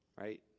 right